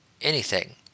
anything